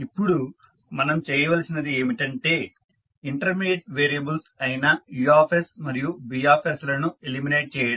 ఇప్పుడు మనం చేయవలసినది ఏమిటంటే ఇంటర్మీడియట్ వేరియబుల్స్ అయిన U మరియు B లను ఎలిమినేట్ చేయడం